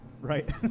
Right